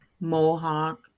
Mohawk